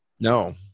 no